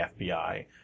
FBI